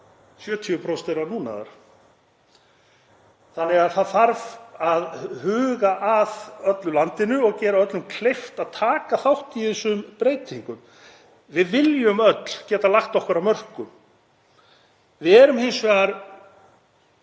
70% þeirra núna þar, þannig að það þarf að huga að öllu landinu og gera öllum kleift að taka þátt í þessum breytingum. Við viljum öll geta lagt okkar af mörkum. Við þurfum hins vegar,